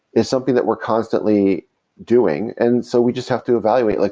is something that we're constantly doing. and so we just have to evaluate, like